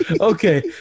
Okay